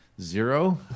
zero